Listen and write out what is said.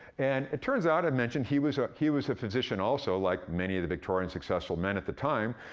and it turns out, i mentioned he was he was a physician also like many of the victorian successful men at the time,